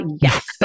yes